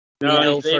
No